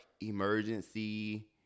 emergency